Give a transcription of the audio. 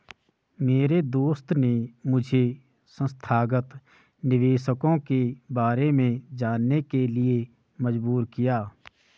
मेरे दोस्त ने मुझे संस्थागत निवेशकों के बारे में जानने के लिए मजबूर किया